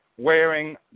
Wearing